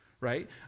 right